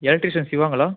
electrician சிவாங்களா